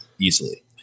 easily